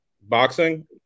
Boxing